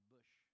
Bush